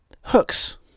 hooks